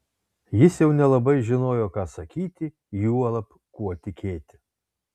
jis jau nelabai žinojo ką sakyti juolab kuo tikėti